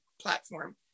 Platform